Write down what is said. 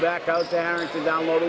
back out there and download